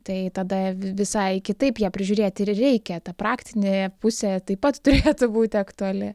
tai tada vi visai kitaip ją prižiūrėt ir reikia ta praktinė pusė taip pat turėtų būti aktuali